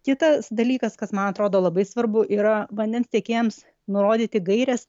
kitas dalykas kas man atrodo labai svarbu yra vandens tiekėjams nurodyti gaires